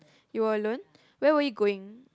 you were alone where were you going